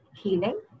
Healing